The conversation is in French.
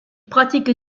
pratique